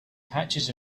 patches